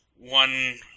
One